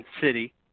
city